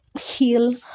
heal